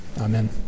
Amen